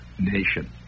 nation